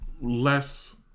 less